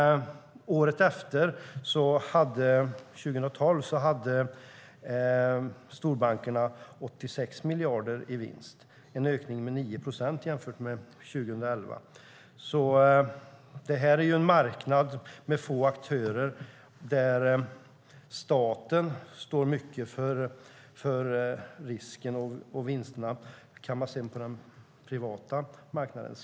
Året efter, 2012, hade storbankerna 86 miljarder i vinst. Det är en ökning med 9 procent jämfört med 2011. Det är en marknad med få aktörer där staten står mycket för risken, och vinsterna kammas hem på den privata marknaden.